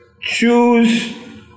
choose